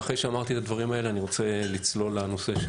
ואחרי שאמרתי את הדברים האלה אני רוצה לצלול לנושא.